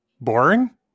boring